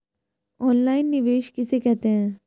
Online निवेश किसे कहते हैं?